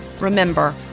Remember